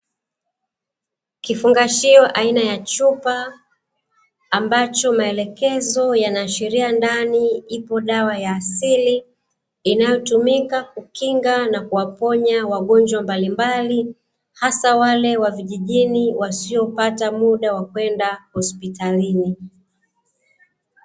Kifungashio aina ya chupa ambacho maelekezo yanaashiria ndani ipo dawa ya asili, inayotumika kukinga na kuwaponya wagonjwa mbalimbali, hasa wale wa vijijini wasiopata muda wa kwenda hospitalini.